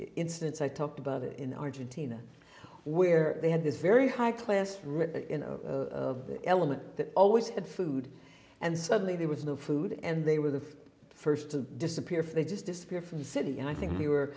instance i talked about it in argentina where they had this very high class writ of the element that always had food and suddenly there was no food and they were the first to disappear for they just disappear from the city and i think we were